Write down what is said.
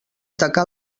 tacar